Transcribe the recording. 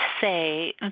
say